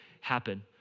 happen